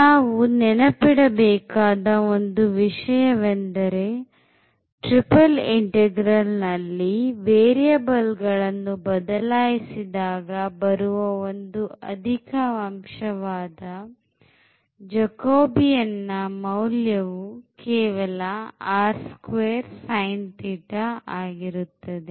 ನಾವು ನೆನಪಿಡಬೇಕಾದ ಒಂದು ವಿಷಯವೆಂದರೆ ಟ್ರಿಪಲ್ ಇಂಟಗ್ರಲ್ ನಲ್ಲಿ ವೇರಿಯಬಲ್ ಗಳನ್ನು ಬದಲಾಯಿಸಿದಾಗ ಬರುವ ಒಂದು ಅಧಿಕ ಅಂಶ ವಾದ jacobian ನ ಮೌಲ್ಯವು ಕೇವಲ r2sin ಆಗಿರುತ್ತದೆ